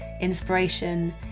inspiration